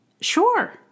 Sure